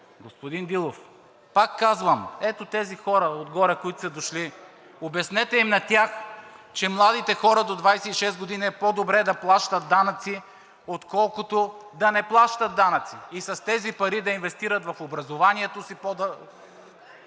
Господин Дилов, пак казвам, ето тези хора отгоре, които са дошли, обяснете им на тях, че младите хора до 26 години е по-добре да плащат данъци, отколкото да не плащат данъци, и с тези пари да инвестират в образованието си или